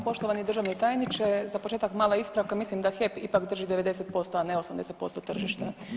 Poštovani državni tajniče, za početak mala ispravka, mislim da HEP ipak drži 90%, a ne 80% tržišta.